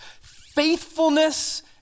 faithfulness